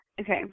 Okay